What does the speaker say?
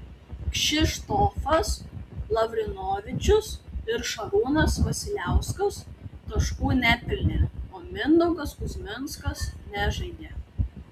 kšištofas lavrinovičius ir šarūnas vasiliauskas taškų nepelnė o mindaugas kuzminskas nežaidė